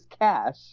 cash